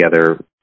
together